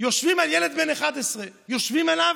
יושבים על ילד בן 11. יושבים עליו,